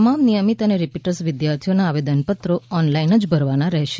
તમામ નિયમિત અને રીપીટર્સ વિદ્યાર્થીઓના આવેદનપત્રો ઓનલાઈન જ ભરવાના રહેશે